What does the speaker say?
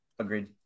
Agreed